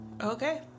okay